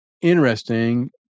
interesting